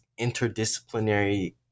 interdisciplinary